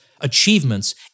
achievements